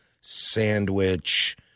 sandwich